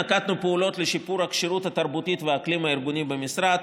נקטנו פעולות לשיפור הכשירות התרבותית והאקלים הארגוני במשרד,